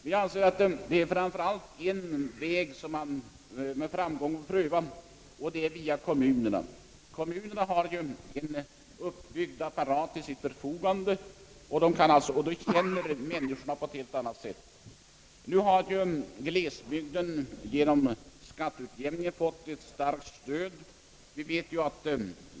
Vi anser att det i första rummet gäller att hjälpa kommunerna. De har en utbyggd apparat till sitt förfogande, i kommunerna känner man människorna och deras problem på ett mera direkt sätt. Nu har ju glesbygderna fått ett starkt stöd tack vare skatteutjämningen.